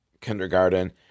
kindergarten